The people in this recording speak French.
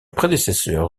prédécesseur